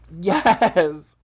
Yes